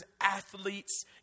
athletes